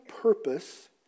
purpose